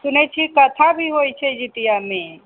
सुनैत छी कथा भी होइत छै जीतियामे